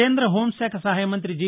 కేంద్ర హోంశాఖ సహాయ మంత్రి జి